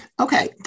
okay